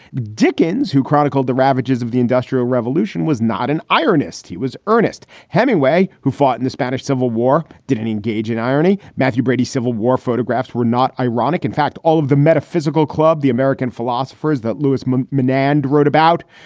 dickens, who chronicled the ravages of the industrial revolution, was not an ironist. he was ernest hemingway, who fought in the spanish civil war, didn't engage in irony. matthew brady civil war photographs were not ironic. in fact, all of the metaphysical club, the american philosophers that lewis um um menand wrote about,